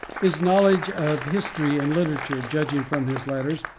his knowledge of history and literature, judging from his letters,